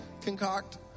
concoct